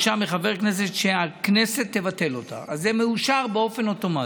אלה אנשים שהם בקשר איתנו יום-יום.